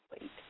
wait